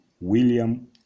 William